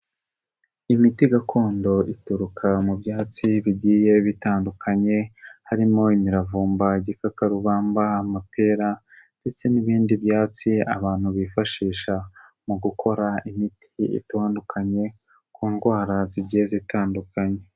imiti gakondo ituruka mu byatsi bigiye bitandukanye, harimo imiravumba, igikakarubamba, amapera ndetse n'ibindi byatsi abantu bifashisha, mu gukora imiti itandukanye, ku ndwara zigiye zitandukanye.